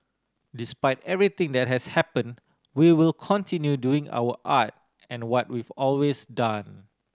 despite everything that has happened we will continue doing our art and what we've always done